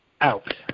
out